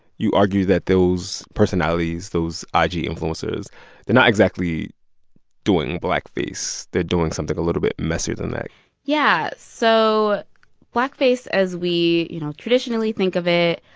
you argue that those personalities, those ah ig influencers, they're not exactly doing blackface. they're doing something a little bit messier than that yeah. so blackface as we, you know, traditionally think of it,